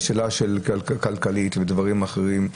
זה שאלה כלכלית ודברים אחרים,